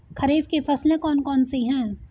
खरीफ की फसलें कौन कौन सी हैं?